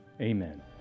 Amen